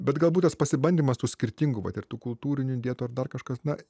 bet galbūt tas pasibandymas tų skirtingų patirtų kultūrinių dietų ar dar kažkas na